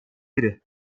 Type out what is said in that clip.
biri